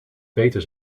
beter